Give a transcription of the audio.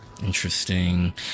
interesting